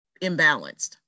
imbalanced